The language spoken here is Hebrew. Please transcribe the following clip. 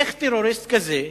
איך טרוריסט כזה,